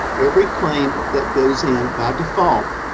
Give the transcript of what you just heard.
every claim that goes in, by default,